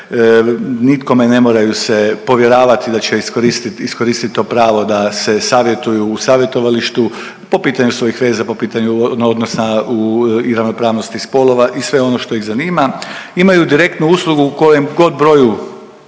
nitkome ne moraju se povjeravati da će iskoristit to pravo da se savjetuju u savjetovalištu po pitanju svojih veza, po pitanju odnosa i ravnopravnosti spolova i sve ono što ih zanima. Imaju direktnu uslugu u kojemgod broju